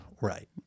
Right